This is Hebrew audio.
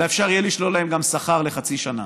אלא אפשר יהיה לשלול להם גם שכר לחצי שנה.